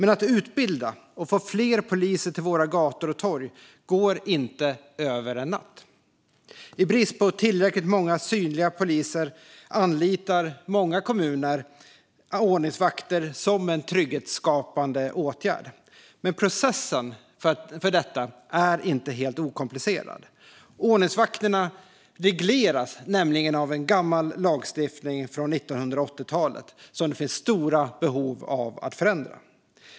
Men att utbilda och få fler poliser till våra gator och torg går inte över en natt. I brist på tillräckligt många synliga poliser anlitar många kommuner ordningsvakter som en trygghetsskapande åtgärd. Men processen för detta är inte helt okomplicerad. Ordningsvakterna regleras nämligen av en gammal lagstiftning från 1980-talet som det finns stora behov av att förändra.